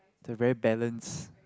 the very balance